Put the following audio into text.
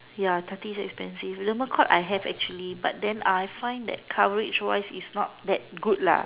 ya thirty is expensive never quite I have actually but then I find that coverage wise is not that good lah